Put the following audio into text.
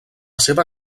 seva